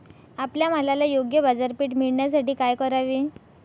आपल्या मालाला योग्य बाजारपेठ मिळण्यासाठी काय करावे?